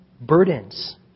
burdens